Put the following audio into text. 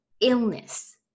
illness